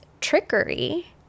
trickery